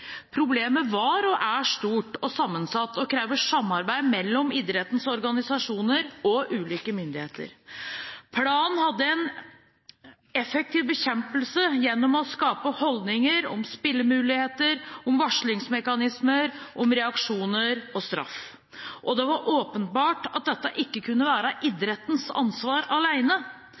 Problemet var og er stort og sammensatt og krever samarbeid mellom idrettens organisasjoner og ulike myndigheter. Planen handlet om effektiv bekjempelse gjennom å skape holdninger om spillmuligheter, om varslingsmekanismer, om reaksjoner og om straff. Det var åpenbart at dette ikke kunne være idrettenes ansvar